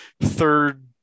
third